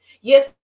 Yes